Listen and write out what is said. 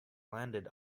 landed